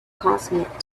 consonant